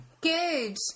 Good